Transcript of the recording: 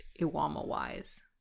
Iwama-wise